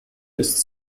ist